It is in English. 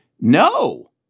no